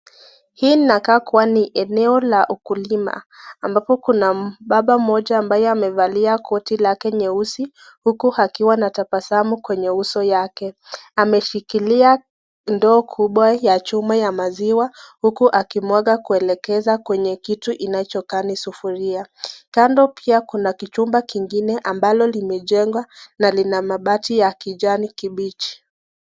Hii inakaa kuwa ni eneo la kuna baba mmoja ambaye amevalia koti lake nyeusi huku akiwa anatabasamu kwenye uso wake. Ameshikilia ndoo kubwa ya chuma ya maziwa huku akimwaga kuelekeza kwenye kitu inachokaa ni sufuria. Kando pia kuna kichupa kingine ambalo limejengwa na lina mabati ya kijani kibichi.